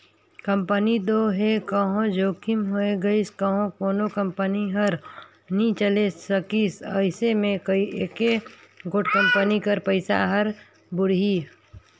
company दो हे कहों जोखिम होए गइस कहों कोनो कंपनी हर नी चले सकिस अइसे में एके गोट कंपनी कर पइसा हर बुड़ही